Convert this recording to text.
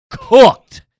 Cooked